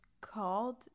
called